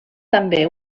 també